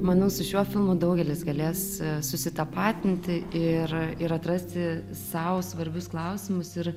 manau su šiuo filmu daugelis galės susitapatinti ir ir atrasti sau svarbius klausimus ir